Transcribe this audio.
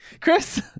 chris